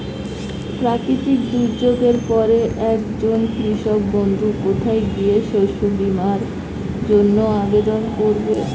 প্রাকৃতিক দুর্যোগের পরে একজন কৃষক বন্ধু কোথায় গিয়ে শস্য বীমার জন্য আবেদন করবে?